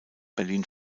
berlin